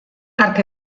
berak